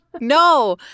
No